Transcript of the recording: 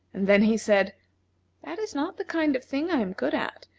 and then he said that is not the kind of thing i am good at,